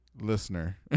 listener